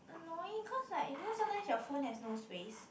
annoying cause like you know sometimes your phone has no space